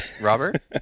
Robert